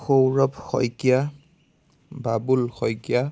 Sourav Saikia Babul Saikia